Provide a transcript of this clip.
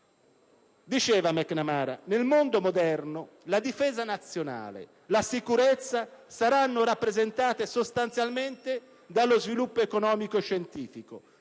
diceva: «Nel mondo moderno la difesa nazionale, la sicurezza saranno rappresentate sostanzialmente dallo sviluppo economico e scientifico.